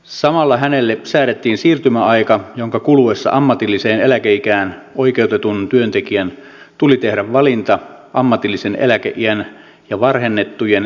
samalla hänelle säädettiin siirtymäaika jonka kuluessa ammatilliseen eläkeikään oikeutetun työntekijän tuli tehdä valinta ammatillisen eläkeiän ja varhennettujen eläkejärjestelmien välillä